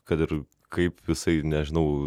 kad ir kaip visai nežinau